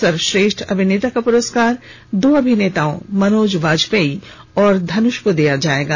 सर्वश्रेष्ठ अभिनेता का पुरस्कार दो अभिनेताओं मनोज बाजपेयी और धनुष को दिया जाएगा